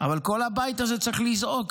אבל כל הבית הזה צריך לזעוק,